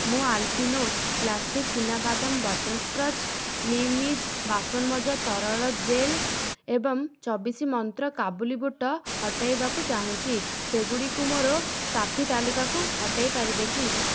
ମୁଁ Alpino classic ଚିନାବାଦାମ butter crunch ନିମ୍ଇଜି ବାସନମଜା ତରଳ ଜେଲ୍ ଏବଂ ଚବିଶ ମନ୍ତ୍ର କାବୁଲି ବୁଟ ହଟାଇବାକୁ ଚାହୁଁଛି ସେଗୁଡ଼ିକୁ ମୋର ସାଫି ତାଲିକାକୁ ହଟାଇ ପାରିବେ କି